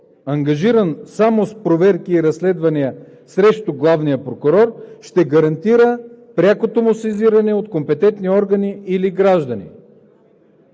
ангажиран само с проверки и разследвания срещу главния прокурор, ще гарантира прякото му сезиране от компетентни органи или граждани,